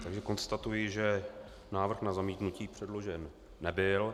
Takže konstatuji, že návrh na zamítnutí předložen nebyl.